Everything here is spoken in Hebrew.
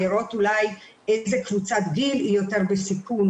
לראות אולי איזו קבוצת גיל יותר בסיכון